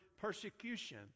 persecution